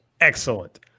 excellent